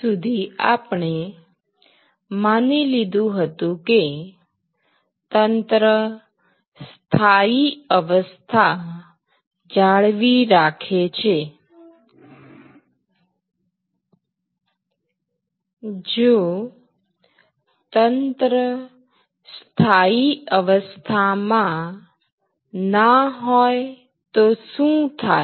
જો તંત્ર સ્થાયી અવસ્થામાં ના હોય તો શું થાય